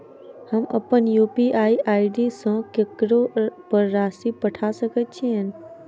हम अप्पन UPI ID सँ ककरो पर राशि पठा सकैत छीयैन?